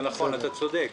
אתה צודק.